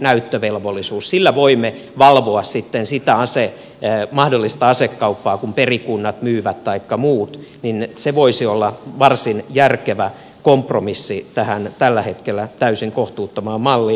sillä voimme valvoa sitten sitä mahdollista asekauppaa kun perikunnat myyvät taikka muut niin se voisi olla varsin järkevä kompromissi tähän tällä hetkellä täysin kohtuuttomaan malliin